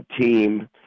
team